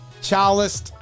chalice